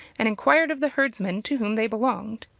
and inquired of the herdsmen to whom they belonged.